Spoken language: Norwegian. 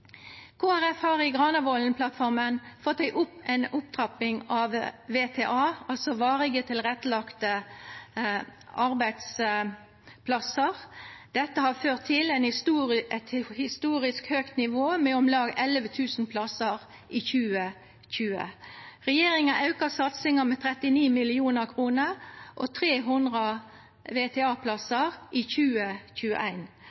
har i Granavolden-plattforma fått til ei opptrapping av VTA – altså varig tilrettelagde arbeidsplassar. Dette har ført til eit historisk høgt nivå med om lag 11 000 plassar i 2020. Regjeringa aukar satsinga med 39 mill. kr og 300